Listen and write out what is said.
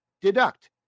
deduct